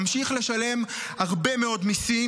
נמשיך לשלם הרבה מאוד מיסים,